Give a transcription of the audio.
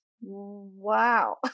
wow